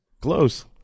Close